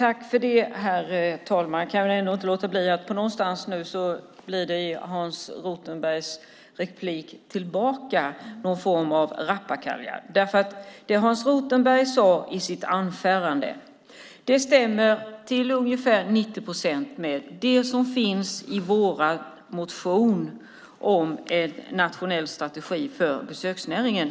Herr talman! Hans Rothenbergs replik blev någon form av rappakalja. Det Hans Rothenberg sade i sitt anförande stämmer till ungefär 90 procent med det som finns i vår motion om en nationell strategi för besöksnäringen.